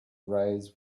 raised